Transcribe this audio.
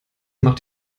macht